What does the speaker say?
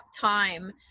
time